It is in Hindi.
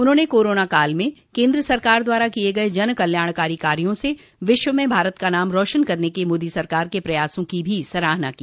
उन्होंने कोरोना काल म केन्द्र सरकार द्वारा किये गये जनकल्याणकारी कार्यो से विश्व में भारत का नाम रोशन करने के मोदी सरकार के प्रयासों की भी सराहना की